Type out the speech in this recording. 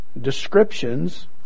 descriptions